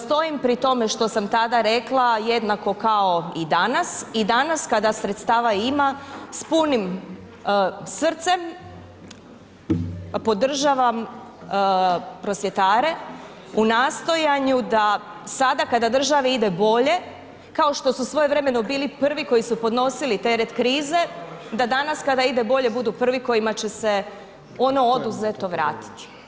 Stojim pri tome što sam tada rekla jednako kao i danas i danas kada sredstava ima s punim srcem podržavam prosvjetare u nastojanju da sada kada državi ide bolje, kao što su svojevremeno bili prvi koji su podnosili teret krize, da danas kada ide bolje budu prvi kojima će se ono oduzeteo vratiti.